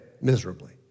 miserably